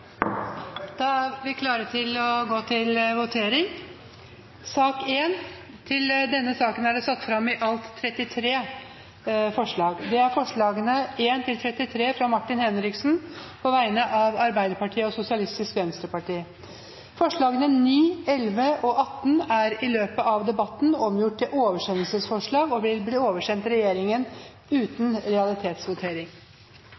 Da er Stortinget klar til å gå til votering. Under debatten er det satt fram i alt 33 forslag. Det er forslagene nr. 1–33, fra Martin Henriksen på vegne av Arbeiderpartiet og Sosialistisk Venstreparti Forslagene nr. 9, 11 og 18 er i løpet av debatten gjort om til oversendelsesforslag og blir endret i tråd med dette. Forslag nr. 9 lyder da i endret form: «Det henstilles til regjeringen